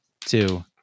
two